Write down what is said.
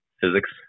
physics